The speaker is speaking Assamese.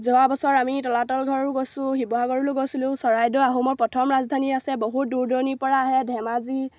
যোৱা বছৰ আমি তলাতল ঘৰো গৈছোঁ শিৱসাগৰলৈ গৈছিলোঁ চৰাইদেউ আহোমৰ প্ৰথম ৰাজধানী আছে বহুত দূৰ দূৰণিৰ পৰা আহে ধেমাজি